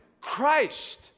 Christ